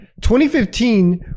2015